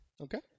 Okay